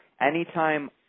anytime